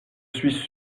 suis